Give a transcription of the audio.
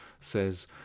says